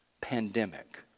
pandemic